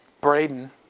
Braden